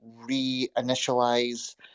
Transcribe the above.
reinitialize